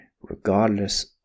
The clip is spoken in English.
regardless